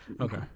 Okay